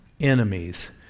enemies